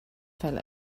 fell